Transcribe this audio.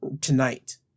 tonight